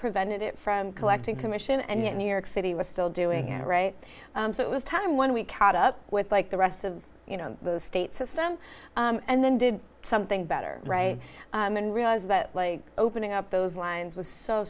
prevented it from collecting commission and yet new york city was still doing it right so it was time when we caught up with like the rest of the state system and then did something better right and realize that like opening up those lines was so